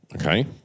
Okay